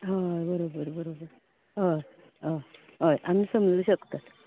हय बरोबर बरोबर हय हय हय आमी समजूंक शकतात